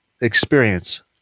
experience